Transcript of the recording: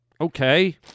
Okay